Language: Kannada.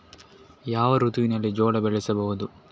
ಯಾವ ಋತುವಿನಲ್ಲಿ ಜೋಳ ಬೆಳೆಸಬಹುದು?